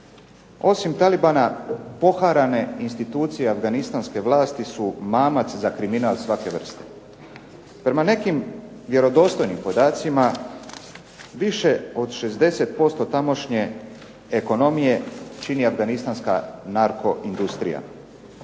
Osim Talibana poharane institucije afganistanske vlasti su mamac za kriminal svake vrste Prema nekim vjerodostojnim podacima više od 60% tamošnje ekonomije čini afganistanska narko industrija.